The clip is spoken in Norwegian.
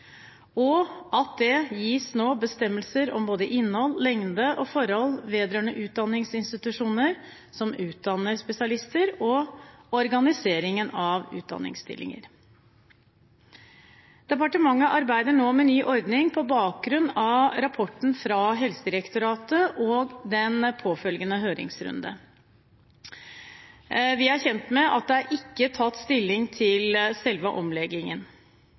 og at det nå gis bestemmelser om både innhold, lengde og forhold vedrørende utdanningsinstitusjoner som utdanner spesialister, og organiseringen av utdanningsstillinger. Departementet arbeider nå med ny ordning på bakgrunn av rapporten fra Helsedirektoratet og den påfølgende høringsrunden. Vi er kjent med at det ikke er tatt stilling til selve omleggingen.